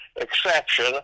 exception